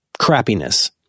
crappiness